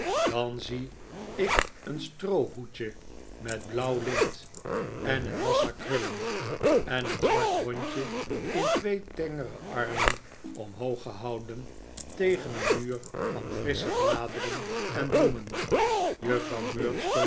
dan zie ik een stroohoedje met blauw lint en een niassa krullen en een zwart hondje in twee tengere armen omhoog gehouden tegen een muur van frissche bladeren en bloemen juffrouw